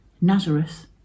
Nazareth